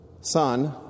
son